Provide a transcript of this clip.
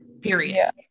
period